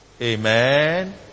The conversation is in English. Amen